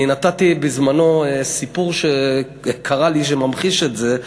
אני נתתי בזמני סיפור שקרה לי, שממחיש את זה.